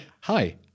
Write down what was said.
Hi